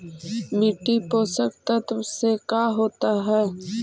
मिट्टी पोषक तत्त्व से का होता है?